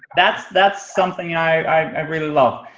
that's that's something i really love.